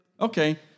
Okay